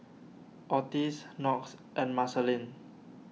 Otis Knox and Marceline